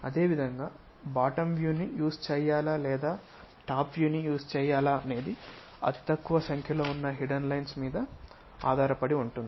అదేవిధంగా bottom view ను use చేయాలా లేదా టాప్ వ్యూ యూస్ చేయాలా అనేది అతి తక్కువ సంఖ్యలో ఉన్న హిడెన్ లైన్స్ మీద ఉంటుంది